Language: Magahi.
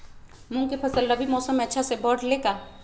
मूंग के फसल रबी मौसम में अच्छा से बढ़ ले का?